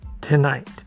tonight